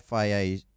FIA